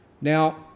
Now